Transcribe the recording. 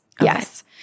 Yes